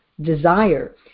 desire